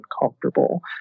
uncomfortable